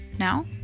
Now